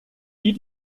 die